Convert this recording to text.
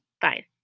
fine